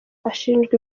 ashinjwa